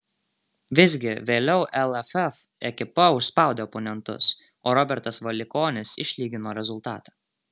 visgi vėliau lff ekipa užspaudė oponentus o robertas valikonis išlygino rezultatą